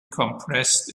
compressed